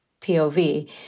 POV